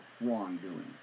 wrongdoing